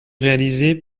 réalisé